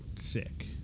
sick